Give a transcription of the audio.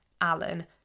Alan